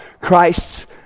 Christ's